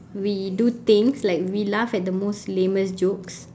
we do things like we laugh at the most lamest jokes